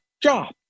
job